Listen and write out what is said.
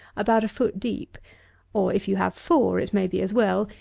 about a foot deep or if you have four it may be as well,